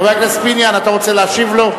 חבר הכנסת פיניאן, אתה רוצה להשיב לו?